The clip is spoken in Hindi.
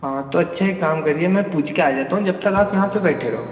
हाँ तो अच्छा एक काम करिए मैं पूछ कर आ जाता हूँ जब तक आप यहाँ बैठे रहो